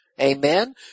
Amen